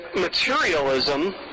materialism